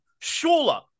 Shula